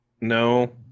no